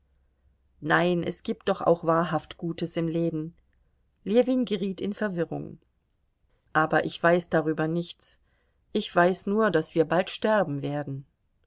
nein es gibt doch auch wahrhaft gutes im leben ljewin geriet in verwirrung aber ich weiß darüber nichts ich weiß nur daß wir bald sterben werden